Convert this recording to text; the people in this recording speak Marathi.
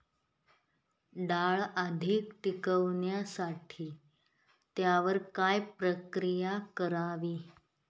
डाळ अधिक टिकवण्यासाठी त्यावर काय प्रक्रिया करावी?